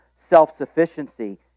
self-sufficiency